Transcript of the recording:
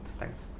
Thanks